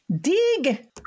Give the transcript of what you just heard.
Dig